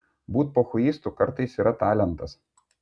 būt pochuistu kartais yra talentas